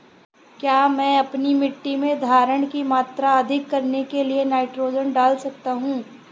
क्या मैं अपनी मिट्टी में धारण की मात्रा अधिक करने के लिए नाइट्रोजन डाल सकता हूँ?